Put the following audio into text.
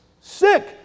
Sick